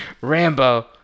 Rambo